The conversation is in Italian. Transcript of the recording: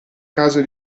caso